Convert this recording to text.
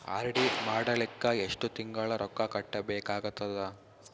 RD ಮಾಡಲಿಕ್ಕ ಎಷ್ಟು ತಿಂಗಳ ರೊಕ್ಕ ಕಟ್ಟಬೇಕಾಗತದ?